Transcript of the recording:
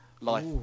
Life